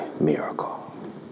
miracle